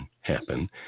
happen